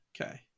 Okay